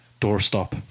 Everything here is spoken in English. doorstop